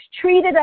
treated